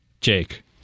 Jake